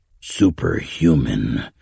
superhuman